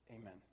Amen